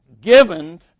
given